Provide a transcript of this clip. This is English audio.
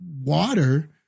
water